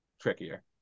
trickier